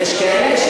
יש כאלה,